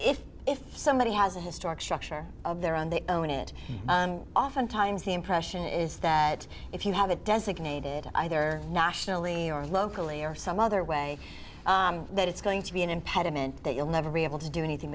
if if somebody has a historic structure of their own they own it and oftentimes the impression is that if you have a designated either nationally or locally or some other way that it's going to be an impediment that you'll never be able to do anything